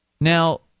Now